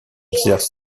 exercent